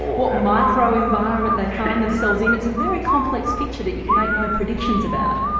what micro environment they find themselves in. it's a very complex picture that you can make no predictions about.